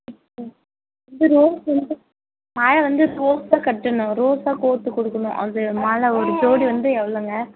எவ்வளோ இது ரோஸ் வந்து மாலை வந்து ரோஸாக கட்டணும் ரோஸாக கோர்த்து கொடுக்கணும் அது மாலை ஒரு ஜோடி வந்து எவ்வளோங்க